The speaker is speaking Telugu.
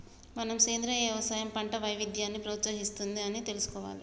మనం సెంద్రీయ యవసాయం పంట వైవిధ్యాన్ని ప్రోత్సహిస్తుంది అని తెలుసుకోవాలి